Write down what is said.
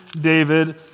David